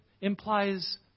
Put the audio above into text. implies